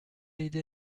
aidé